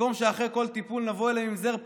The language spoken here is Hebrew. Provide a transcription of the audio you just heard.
במקום שאחרי כל טיפול נבוא אליהם עם זר פרחים,